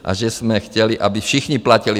A že jsme chtěli, aby všichni platili.